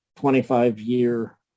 25-year